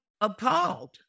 appalled